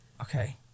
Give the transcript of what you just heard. Okay